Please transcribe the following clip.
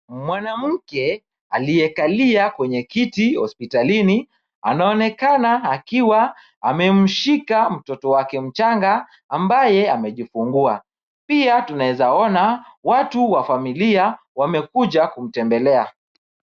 Mwanamke aliyekalia kwenye kiti hospitalini anaonekana akiwa amemshika mtoto wake mchanga ambaye amejifungua. Pia tunaeza ona watu wa familia wamekuja kumtembelea.